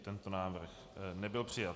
Tento návrh nebyl přijat.